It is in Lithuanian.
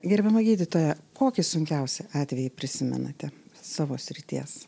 gerbiama gydytoja kokį sunkiausią atvejį prisimenate savo srities